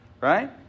right